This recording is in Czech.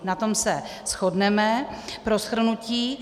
Na tom se shodneme pro shrnutí.